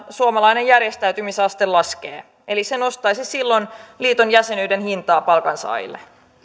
suomalainen järjestäytymisaste laskee eli se nostaisi silloin liiton jäsenyyden hintaa palkansaajille